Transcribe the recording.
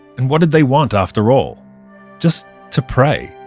and what did they want, after all? just to pray.